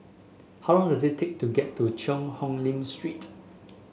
how long does it take to get to Cheang Hong Lim Street